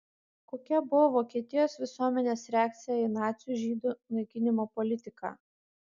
kokia buvo vokietijos visuomenės reakcija į nacių žydų naikinimo politiką